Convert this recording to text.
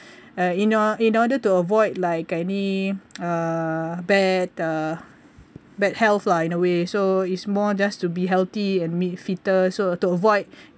uh in or~ in order to avoid like any uh bad uh bad health lah in a way so it's more just to be healthy and be fitter so to avoid